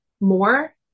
more